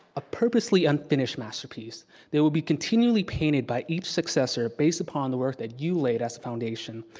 a purposely unfinished masterpiece that will be continually painted by each successor based upon the work that you laid as a foundation.